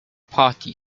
party